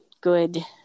good